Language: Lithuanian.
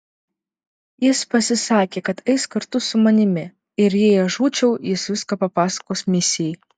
jis pasisakė kad eis kartu su manimi ir jei aš žūčiau jis viską papasakos misijai